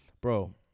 Bro